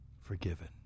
forgiven